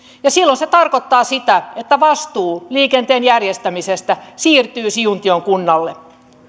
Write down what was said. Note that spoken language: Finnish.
ja silloin se tarkoittaa sitä että vastuu liikenteen järjestämisestä siirtyy siuntion kunnalle